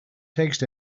text